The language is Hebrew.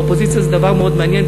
אופוזיציה זה דבר מאוד מעניין.